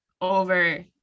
over